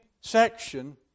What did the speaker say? section